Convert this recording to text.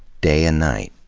day and night.